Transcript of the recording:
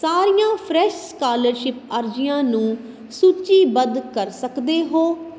ਸਾਰੀਆਂ fresh scholarship ਅਰਜ਼ੀਆਂ ਨੂੰ ਸੂਚੀਬੱਧ ਕਰ ਸਕਦੇ ਹੋ